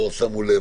לא שמו לב,